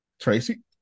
tracy